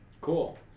Cool